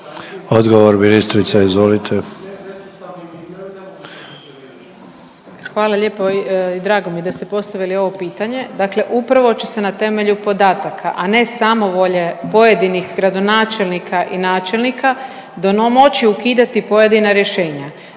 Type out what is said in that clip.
**Brnjac, Nikolina (HDZ)** Hvala lijepo i drago mi je da ste postavili ovo pitanje. Dakle, upravo će se na temelju podataka, a ne samovolje pojedinih gradonačelnika i načelnika moći ukidati pojedina rješenja,